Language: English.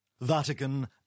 Vatican